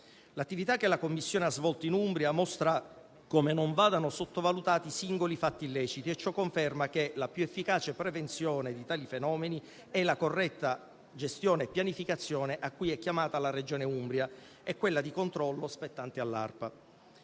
L'attività che la Commissione ha svolto in Umbria mostra come non vadano sottovalutati i singoli fatti illeciti e ciò conferma che la più efficace prevenzione di tali fenomeni e la corretta gestione e pianificazione cui è chiamata la Regione Umbria è quella di controllo, spettante all'ARPA.